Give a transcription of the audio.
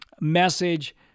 message